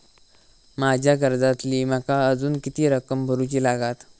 माझ्या कर्जातली माका अजून किती रक्कम भरुची लागात?